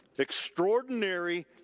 extraordinary